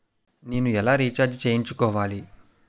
నేను ఎలా రీఛార్జ్ చేయించుకోవాలి?